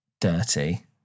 dirty